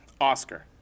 Oscar